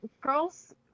girls